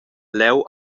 leu